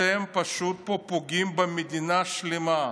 אתם פשוט פוגעים פה במדינה שלמה,